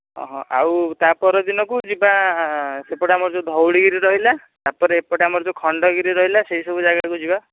ହଁ ଆଉ ତା'ପର ଦିନକୁ ଯିବା ସେପଟେ ଆମର ଯେଉଁ ଧଉଳି ଗିରି ରହିଲା ତା'ପରେ ଏପଟେ ଆମର ଯେଉଁ ଖଣ୍ଡଗିରି ରହିଲା ସେଇସବୁ ଜାଗାକୁ ଯିବା